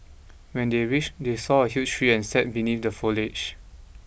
when they reached they saw a huge tree and sat beneath the foliage